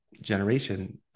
generation